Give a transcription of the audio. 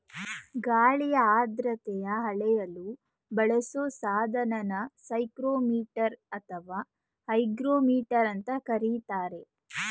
ಗಾಳಿಯ ಆರ್ದ್ರತೆನ ಅಳೆಯಲು ಬಳಸೊ ಸಾಧನನ ಸೈಕ್ರೋಮೀಟರ್ ಅಥವಾ ಹೈಗ್ರೋಮೀಟರ್ ಅಂತ ಕರೀತಾರೆ